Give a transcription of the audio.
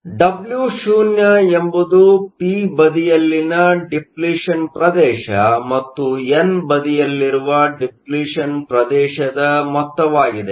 ಆದ್ದರಿಂದ Wo ಎಂಬುದು P ಬದಿಯಲ್ಲಿನ ಡಿಪ್ಲಿಷನ್ ಪ್ರದೇಶ ಮತ್ತು ಎನ್ ಬದಿಯಲ್ಲಿರುವ ಡಿಪ್ಲಿಷನ್ ಪ್ರದೇಶದ ಮೊತ್ತವಾಗಿದೆ